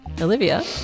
Olivia